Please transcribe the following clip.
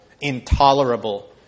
intolerable